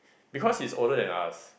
because he's older than us